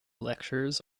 lectures